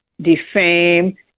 defame